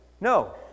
no